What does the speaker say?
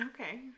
Okay